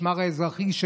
המשמר האזרחי,